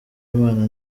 imana